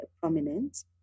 prominent